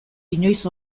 inoiz